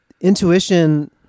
Intuition